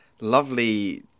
lovely